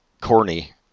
corny